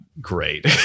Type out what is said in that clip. great